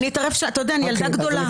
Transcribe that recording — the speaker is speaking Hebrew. אתה יודע, אני ילדה גדולה.